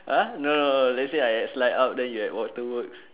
!huh! no no no no let's say I at slide out then you at water works